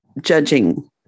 judging